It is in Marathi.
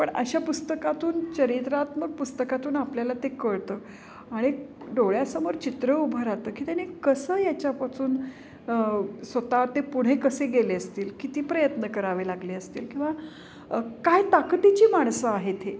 पण अशा पुस्तकातून चरित्रात्मक पुस्तकातून आपल्याला ते कळतं आणि डोळ्यासमोर चित्र उभं राहतं की त्यांनी कसं याच्यापासून स्वतः ते पुढे कसे गेले असतील किती प्रयत्न करावे लागले असतील किंवा काय ताकदीची माणसं आहेत हे